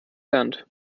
gelernt